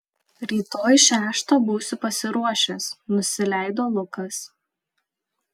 rytoj šeštą būsiu pasiruošęs nusileido lukas